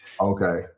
Okay